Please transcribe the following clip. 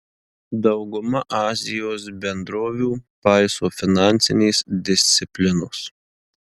dauguma azijos bendrovių paiso finansinės disciplinos